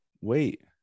wait